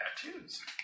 tattoos